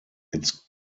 its